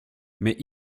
mais